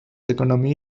economy